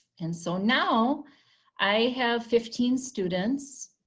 and so now i have fifteen students.